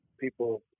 people